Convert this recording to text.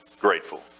grateful